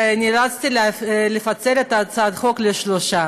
ונאלצתי לפצל את הצעת החוק לשלוש.